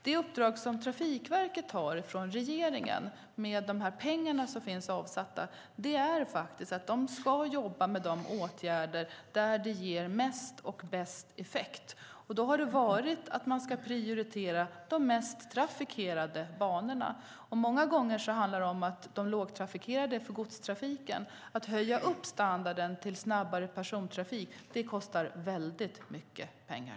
Det uppdrag som Trafikverket har från regeringen och de pengar som finns avsatta innebär att man ska vidta åtgärder där de ger bäst effekt. Då har man prioriterat de mest trafikerade banorna. Många gånger handlar det om att de lågtrafikerade banorna används för godstrafik. Att höja standarden till snabbare persontrafik kostar väldigt mycket pengar.